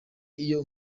iyo